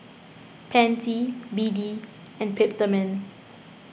Pansy B D and Peptamen